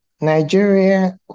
Nigeria